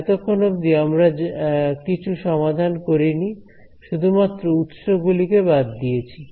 এতক্ষণ অব্দি আমরা কিছু সমাধান করিনি শুধুমাত্র উৎস গুলিকে বাদ দিয়েছি